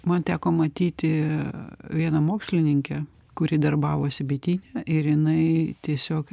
man teko matyti vieną mokslininkę kuri darbavosi bityne ir jinai tiesiog